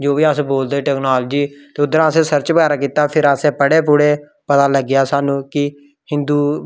जो बी अस बोलदे टेक्नोलजी ते उद्धरा असें सर्च बगैरा कीता फिर असें पढ़े पुढ़े पता लग्गेआ सानूं कि हिंदु